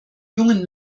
jungen